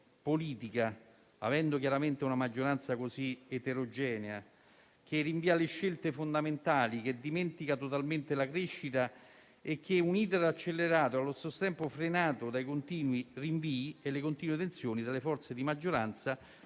politica, essendoci una maggioranza così eterogenea, che rinvia le scelte fondamentali e che dimentica totalmente la crescita. Un *iter* accelerato e allo stesso tempo frenato dai continui rinvii e dalle continue tensioni tra le forze di maggioranza